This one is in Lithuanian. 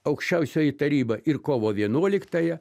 aukščiausioji taryba ir kovo vienuoliktąją